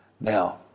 Now